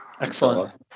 Excellent